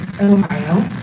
Ohio